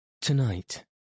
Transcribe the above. Tonight